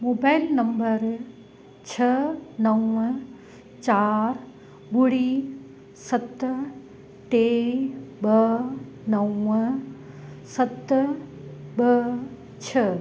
mobile number छह नवं चार ॿुड़ी सत टे ॿ नवं सत ॿ छ्ह